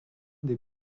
des